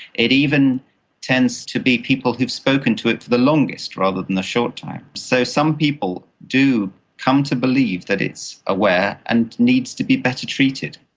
it even tends to be people who have spoken to it the longest rather than a short time. so some people do come to believe that it's aware and needs to be better treated.